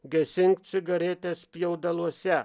gesink cigaretę spjaudaluose